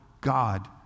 God